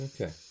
Okay